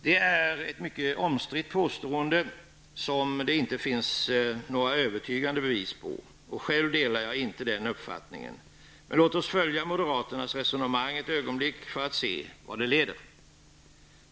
Det är ett mycket omstritt påstående som det inte finns några övertygande bevis för. Själv delar jag inte den uppfattningen, men låt oss följa moderaternas resonemang för att se vart det leder.